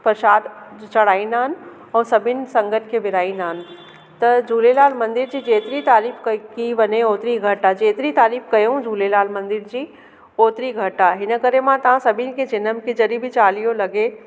प्रशाद जो चढ़ाईंदा आहिनि ओर सभिनि संगत खे विराईंदा आहिनि त झूलेलाल मंदिर जी जेतिरी तारीफ़ कई की वञे होतिरी घटि आहे जेतिरी तारीफ़ कयो झूलेलाल मंदिर जी होतिरी घटि आहे हिन करे मां तव्हां सभिनि खे चवंदमि की जॾहिं बि चालीहो लॻे